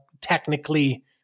technically